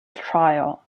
trial